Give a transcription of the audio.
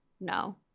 no